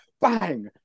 bang